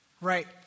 right